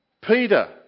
Peter